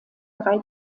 drei